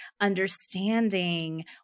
understanding